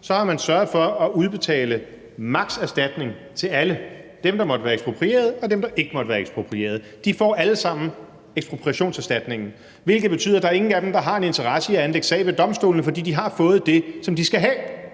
sørget for at udbetale maks.-erstatning til alle, dem, der måtte være eksproprierede, og dem, der ikke måtte være eksproprierede. De får alle sammen ekspropriationserstatningen, hvilket betyder, at der er ingen af dem, der har en interesse i at anlægge sag ved domstolene, fordi de har fået det, som de skal have.